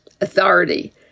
authority